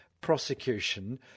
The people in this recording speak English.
prosecution